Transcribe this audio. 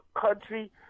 country